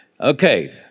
Okay